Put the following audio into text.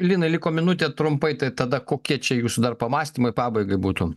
linai liko minutė trumpai tai tada kokie čia jūsų dar pamąstymai pabaigai būtų